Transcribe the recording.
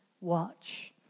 watch